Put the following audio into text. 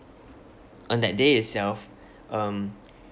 on that day itself um